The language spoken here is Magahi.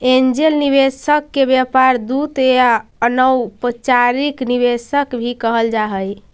एंजेल निवेशक के व्यापार दूत या अनौपचारिक निवेशक भी कहल जा हई